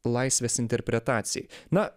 laisvės interpretacijai na